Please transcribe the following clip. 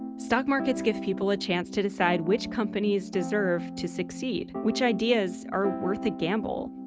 stock markets give people a chance to decide which companies deserve to succeed, which ideas are worth a gamble.